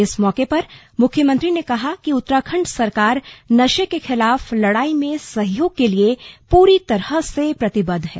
इस मौके पर मुख्यमंत्री ने कहा कि उत्तराखण्ड सरकार नशे के खिलाफ लड़ाई में सहयोग के लिए पूरी तरह से प्रतिबद्ध है